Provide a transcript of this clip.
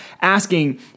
asking